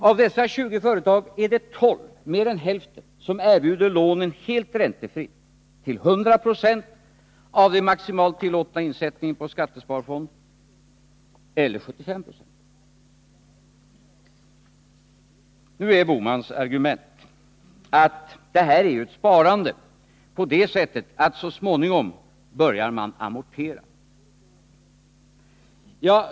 Av dessa 20 företag är det 12— dvs. mer än hälften — som erbjuder lånen helt räntefritt, till 100 eller 75 96 av den maximalt tillåtna insättningen på skattesparkonto. Gösta Bohmans argument är att detta är ett sparande på det sättet att man så småningom börjar amortera.